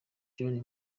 johnny